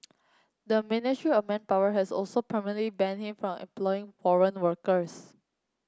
the Ministry of Manpower has also permanently banned him from employing foreign workers